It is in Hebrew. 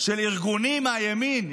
של ארגונים מהימין,